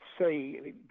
say